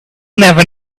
never